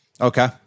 Okay